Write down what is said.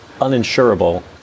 uninsurable